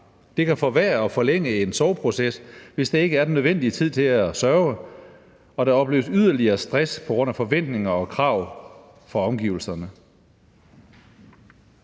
Det kan forværre og forlænge en sorgproces, hvis der ikke er den nødvendige tid til at sørge, og der opleves yderligere stress på grund af forventninger og krav fra omgivelserne.